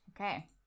Okay